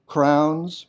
crowns